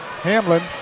Hamlin